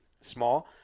small